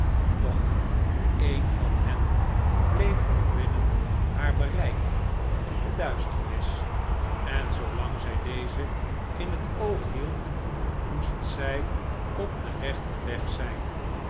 doch een van hen bleef nog binnen haar bereik in de duisternis en zoolang zij deze in het oog hield moest zij op den rechten weg zijn